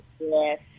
Yes